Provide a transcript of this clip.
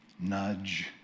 nudge